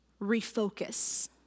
refocus